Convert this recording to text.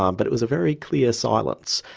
um but it was a very clear silence.